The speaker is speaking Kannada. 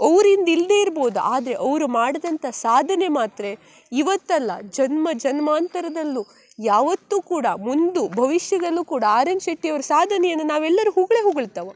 ಅವ್ರು ಇಂದು ಇಲ್ಲದೆ ಇರ್ಬೋದು ಆದರೆ ಅವ್ರು ಮಾಡಿದಂಥ ಸಾಧನೆ ಮಾತ್ರ ಇವತ್ತಲ್ಲ ಜನ್ಮ ಜನ್ಮಾಂತರದಲ್ಲೂ ಯಾವತ್ತೂ ಕೂಡ ಮುಂದೆ ಭವಿಷ್ಯದಲ್ಲೂ ಕೂಡ ಆರ್ ಎನ್ ಶೆಟ್ಟಿಯವ್ರ ಸಾಧನೆಯನ್ನು ನಾವೆಲ್ಲರೂ ಹೋಗಳೇ ಹೊಗಳ್ತವೆ